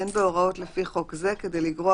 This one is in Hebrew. אין בהוראות לפי חוק זה כדי לגרוע